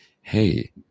hey